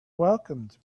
welcomed